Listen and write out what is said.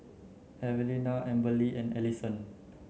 Evelina Amberly and Alison